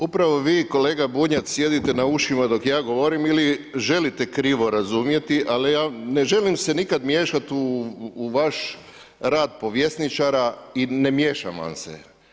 Upravo vi, kolega Bunjac sjedite na ušima dok ja govorim ili želite krivo razumjeti, ali ja ne želim se nikada miješati u vaš rad povjesničara i ne miješam vas se.